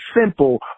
simple